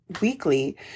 weekly